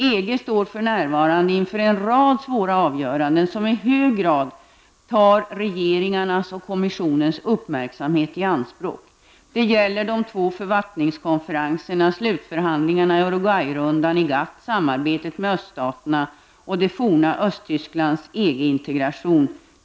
EG står för närvarande inför en rad svåra avgöranden, som i hög grad tar regeringarnas och kommissionens uppmärksamhet i anspråk. Det gäller de två författningskonferenserna, slutförhandlingarna i Uruguayrundan i GATT, samarbetet med öststaterna och det forna Östtysklands EG-integration.